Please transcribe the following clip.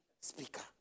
speaker